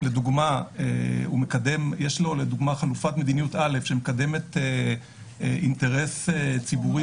אם יש לו חלופת מדיניות שמקדמת אינטרס ציבורי